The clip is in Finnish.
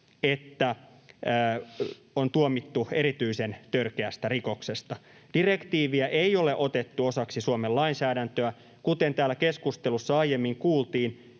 että on tuomittu erityisen törkeästä rikoksesta. Direktiiviä ei ole otettu osaksi Suomen lainsäädäntöä, kuten täällä keskustelussa aiemmin kuultiin.